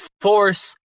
force